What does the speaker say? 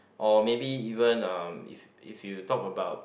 or maybe even uh if if you talk about